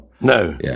No